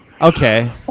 Okay